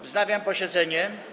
Wznawiam posiedzenie.